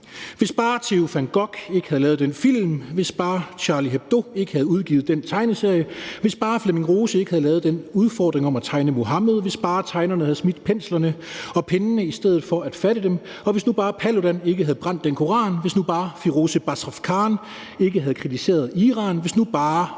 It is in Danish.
Hvis bare Theo van Gogh ikke havde lavet den film; hvis bare Charlie Hebdo ikke havde udgivet den tegneserie; hvis bare Flemming Rose ikke havde lavet den udfordring om at tegne Muhammed; hvis bare tegnerne havde smidt penslerne og pennene i stedet for at fatte dem; og hvis nu bare Paludan ikke havde brændt den koran; hvis nu bare Firoozeh Bazrafkan ikke havde kritiseret Iran – hvis nu bare,